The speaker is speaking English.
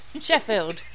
Sheffield